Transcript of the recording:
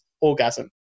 Orgasm